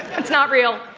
it's not real.